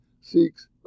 seeks